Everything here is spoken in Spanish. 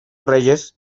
reyes